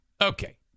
Okay